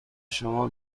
شما